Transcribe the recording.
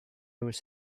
was